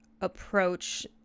approach